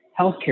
healthcare